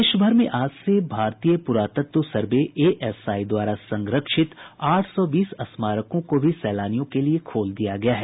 देश भर में आज से भारतीय पुरातत्व सर्वे एएसआई द्वारा संरक्षित आठ सौ बीस स्मारकों को भी सैलानियों के लिए खोल दिया गया है